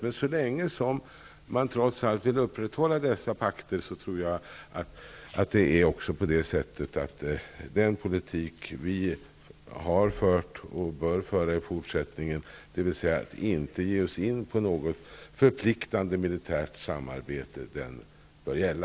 Men så länge som man trots allt vill upprätthålla pakter tror jag att den politik vi har fört och bör föra i fortsättningen, dvs. att inte ge oss in på något förpliktande militärt samarbete, bör gälla.